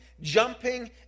jumping